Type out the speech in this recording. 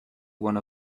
one